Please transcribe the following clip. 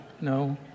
No